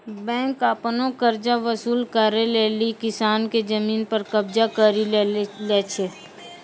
bank आपनो कर्जा वसुल करै लेली किसान के जमिन पर कबजा करि लै छै